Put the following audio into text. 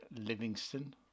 Livingston